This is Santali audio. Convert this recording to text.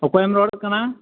ᱚᱠᱚᱭᱮᱢ ᱨᱚᱲᱮᱫ ᱠᱟᱱᱟ